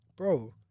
Bro